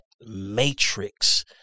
matrix